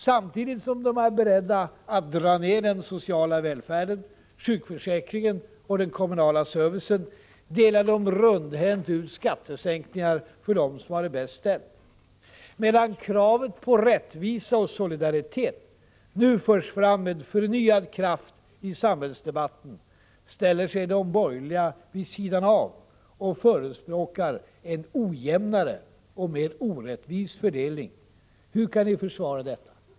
Samtidigt som de är beredda att dra ned den sociala välfärden, sjukförsäkringen och den kommunala servicen, delar de rundhänt ut skattesänkningar för dem som har det bäst ställt. Medan kravet på rättvisa och solidaritet nu förs fram med förnyad kraft i samhällsdebatten, ställer sig de borgerliga vid sidan av och förespråkar en ojämnare och mer orättvis fördelning. Hur kan ni försvara detta?